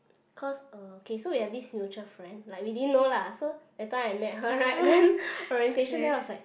because uh so we have this mutual friend like we didn't know lah so that time I met her right and then orientation then was like